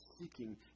seeking